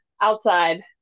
outside